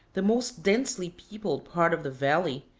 the most densely-peopled part of the valley,